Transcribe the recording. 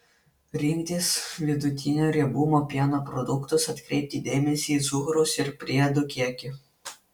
rinktis vidutinio riebumo pieno produktus atkreipti dėmesį į cukraus ir priedų kiekį